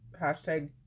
hashtag